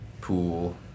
Pool